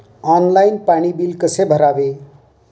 Online पाणी bill कसे भरावे?